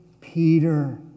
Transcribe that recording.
Peter